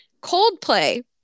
Coldplay